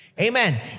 Amen